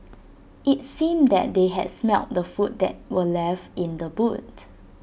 IT seemed that they had smelt the food that were left in the boot